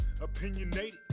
Opinionated